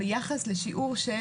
ביחס לשיעור של